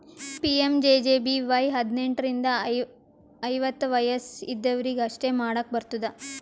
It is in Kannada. ಪಿ.ಎಮ್.ಜೆ.ಜೆ.ಬಿ.ವೈ ಹದ್ನೆಂಟ್ ರಿಂದ ಐವತ್ತ ವಯಸ್ ಇದ್ದವ್ರಿಗಿ ಅಷ್ಟೇ ಮಾಡ್ಲಾಕ್ ಬರ್ತುದ